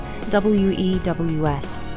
WEWS